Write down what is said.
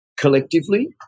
collectively